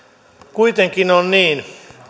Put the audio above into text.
kuitenkin on niin